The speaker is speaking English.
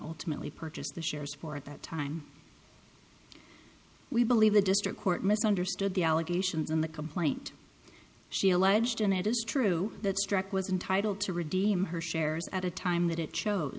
ultimately purchased the shares for at that time we believe the district court misunderstood the allegations in the complaint she alleged and it is true that struck was entitle to redeem her shares at a time that it cho